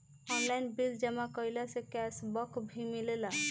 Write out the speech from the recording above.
Online bill जमा कईला से कैश बक भी मिलेला की?